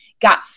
got